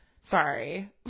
Sorry